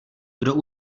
kdo